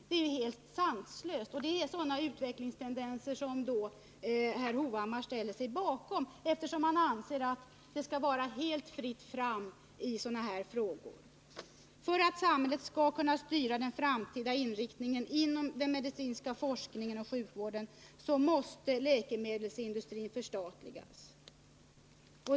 Det är ju rent sanslöst, och det är sådana utvecklingstendenser som Erik Hovhammar ställer sig bakom, eftersom han anser att det skall vara helt fritt fram i sådana här frågor. För att samhället skall kunna styra den framtida inriktningen av den medicinska forskningen och sjukvården måste läkemedelsindustrin förstatligas.